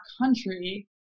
country